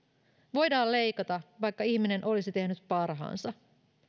voidaan leikata vaikka ihminen olisi tehnyt parhaansa